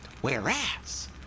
Whereas